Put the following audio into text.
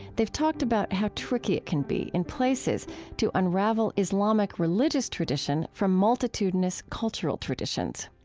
they've talked about how tricky it can be in places to unravel islamic religious tradition from multitudinous, cultural traditions.